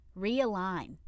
Realign